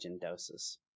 doses